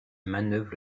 manœuvre